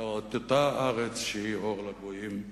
אלא את אותה הארץ שהיא אור לגויים,